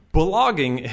blogging